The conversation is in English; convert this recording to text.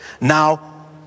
Now